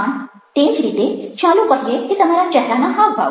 તે જ રીતે ચાલો કહીએ કે તમારા ચહેરાના હાવભાવ